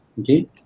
okay